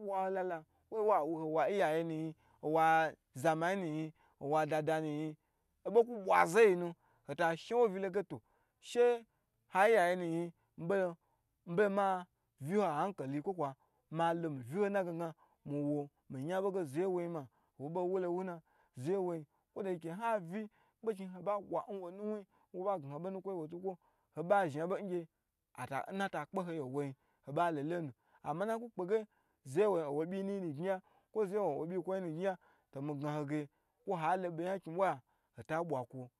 Bwa ho la la walo wa bwa wo nho iyaye nwo aza mayi nu yni owa da da na yni obo ka bwa zo yi nu, ho ta shna wo vilo gu to she nha iyaye nu nyi mibolo malo miviho ahankali miyan bo ge zeye woyin nwo bo wulo nwuna zaye woyin ma owo bo wolo wuna ko de iku nhavi kpekni hoba bwa nwo nuwu yi nwo ba da ho bo nukwo yi nwo tukwo ho ba zhi obo ngye atakpe hoye nwoi oba lo lo nu n ama n naku kpege zeye wo yin nwo byiyi nu gni ya kwo nwo byi kwo yi nu gni ya mi gna ho ge, kwo ha lo be nya nkni bwa ya hata bwa kwo